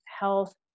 health